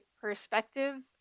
perspective